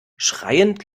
schreiend